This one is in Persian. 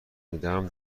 میدهم